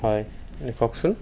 হয় লিখকচোন